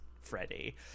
freddie